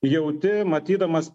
jauti matydamas